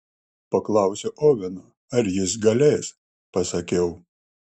paklausiu oveno ar jis galės pasakiau